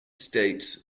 states